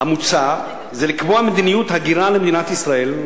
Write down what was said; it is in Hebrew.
זה לקבוע מדיניות הגירה למדינת ישראל,